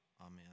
Amen